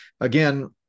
again